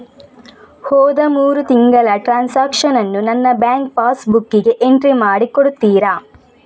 ಹೋದ ಮೂರು ತಿಂಗಳ ಟ್ರಾನ್ಸಾಕ್ಷನನ್ನು ನನ್ನ ಬ್ಯಾಂಕ್ ಪಾಸ್ ಬುಕ್ಕಿಗೆ ಎಂಟ್ರಿ ಮಾಡಿ ಕೊಡುತ್ತೀರಾ?